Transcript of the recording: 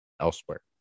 elsewhere